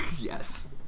Yes